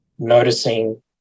noticing